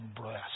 breast